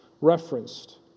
referenced